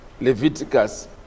Leviticus